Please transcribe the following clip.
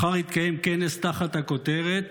מחר יתקיים כנס תחת הכותרת: